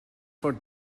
for